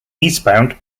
eastbound